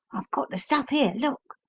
i've got the stuff here, look!